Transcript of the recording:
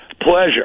Pleasure